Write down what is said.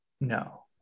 no